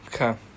Okay